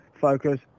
Focus